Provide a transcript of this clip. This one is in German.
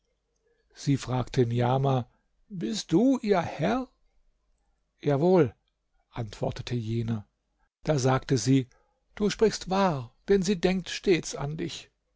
sie fragte niamah bist du ihr herr ja wohl antwortete jener da sagte sie du sprichst wahr denn sie denkt stets an dich